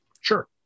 Sure